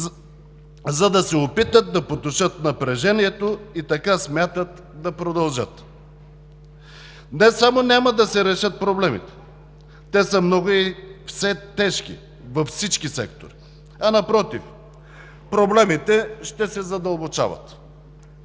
за да се опитат да потушат напрежението и така смятат да продължат. Не само няма да се решат проблемите, те са много и все тежки, във всички сектори, а напротив проблемите ще се задълбочават.